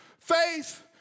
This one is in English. Faith